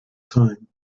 time